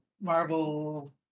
Marvel